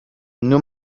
nur